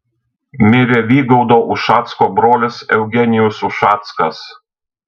mirė vygaudo ušacko brolis eugenijus ušackas